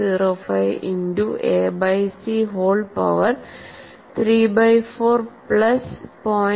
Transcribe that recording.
05ഇന്റു A by C whole power 3 by 4 plus 0